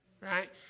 right